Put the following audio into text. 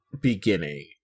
beginning